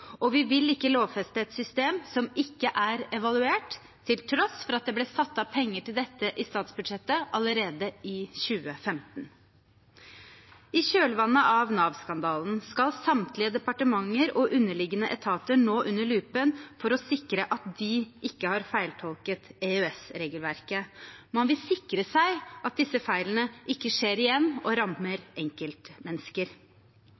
Og vi vil ikke lovfeste et system som ikke er evaluert, til tross for at det ble satt av penger til dette allerede i statsbudsjettet for 2015. I kjølvannet av Nav-skandalen skal samtlige departementer og underliggende etater nå under lupen for å sikre at de ikke har feiltolket EØS-regelverket. Man vil sikre seg mot at disse feilene skjer igjen og